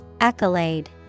Accolade